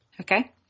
Okay